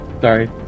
Sorry